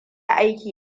aiki